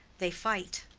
they fight.